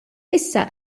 issa